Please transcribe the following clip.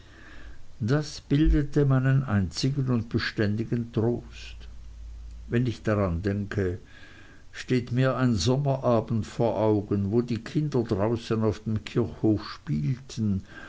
das bildete meinen einzigen und beständigen trost wenn ich daran denke steht mir ein sommerabend vor augen wo die kinder draußen auf dem kirchhof spielten